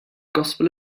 gospel